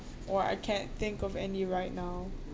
or I can't think of any right now